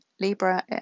libra